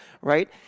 Right